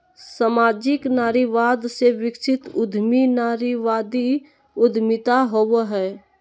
सामाजिक नारीवाद से विकसित उद्यमी नारीवादी उद्यमिता होवो हइ